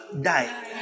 die